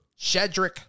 Shedrick